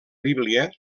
bíblia